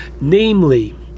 Namely